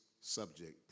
subject